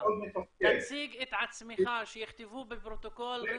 תציג את עצמך שיכתבו בפרוטוקול.